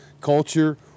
culture